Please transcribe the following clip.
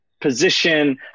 position